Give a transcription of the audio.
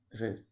Right